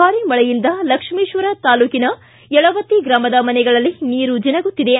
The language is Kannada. ಭಾರಿ ಮಳೆಯಿಂದ ಲಕ್ಷ್ಮೇಶ್ವರ ತಾಲೂಕಿನ ಯಳವತ್ತಿ ಗ್ರಾಮದ ಮನೆಗಳಲ್ಲಿ ನೀರು ಜಿನಗುತ್ತಿದೆ